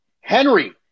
Henry